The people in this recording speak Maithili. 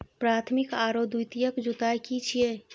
प्राथमिक आरो द्वितीयक जुताई की छिये?